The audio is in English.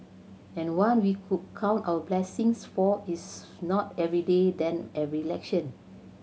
and one we could count our blessings for its not every day then every election